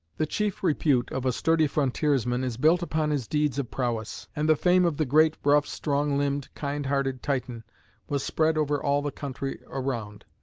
the chief repute of a sturdy frontiersman is built upon his deeds of prowess, and the fame of the great, rough, strong-limbed, kind-hearted titan was spread over all the country around.